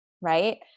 right